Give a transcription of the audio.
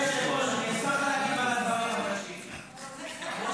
אשמח להגיב על הדברים --- שאני